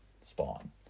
Spawn